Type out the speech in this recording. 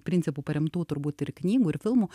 principu paremtų turbūt ir knygų ir filmų